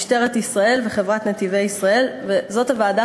משטרת ישראל וחברת "נתיבי ישראל" זאת הוועדה